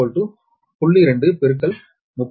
2 30 ஏனெனில் 0